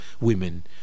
women